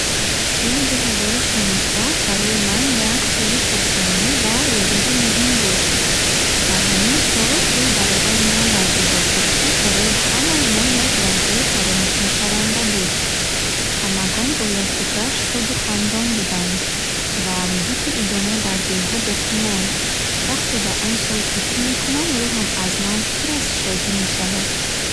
Соли дуҳазору шонздаҳ барои ман як соли хурсандӣ ва рӯйдоди муҳим буд. Дар ҳамин сол тӯи бародари ман баргузор шуд, ки барои ҳамаи мо як лаҳзаи фаромӯшнашаванда буд. Ҳамагон бо якдигар шоду хандон буданд ва муҳити идона дар дилҳо боқӣ монд. Вақте ба он сол фикр мекунам, рӯҳам аз нав пур аз шодӣ мешавад.